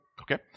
Okay